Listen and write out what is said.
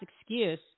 excuse